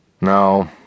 No